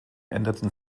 änderten